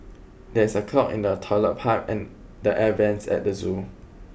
there is a clog in the toilet pipe and the air vents at the zoo